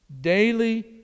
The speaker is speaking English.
daily